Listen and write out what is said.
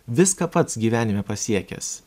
viską pats gyvenime pasiekęs